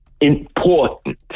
important